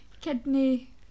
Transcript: Kidney